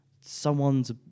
someone's